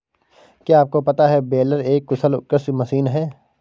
क्या आपको पता है बेलर एक कुशल कृषि मशीन है?